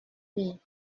fille